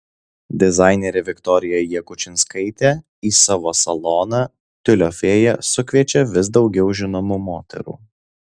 dizainerė viktorija jakučinskaitė į savo saloną tiulio fėja sukviečia vis daugiau žinomų moterų